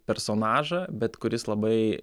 personažą bet kuris labai